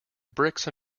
bricks